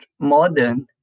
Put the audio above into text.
modern